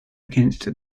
against